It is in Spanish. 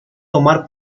tomar